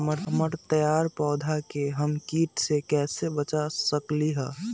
हमर तैयार पौधा के हम किट से कैसे बचा सकलि ह?